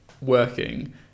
working